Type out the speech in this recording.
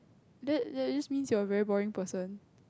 that that just means you are a very boring person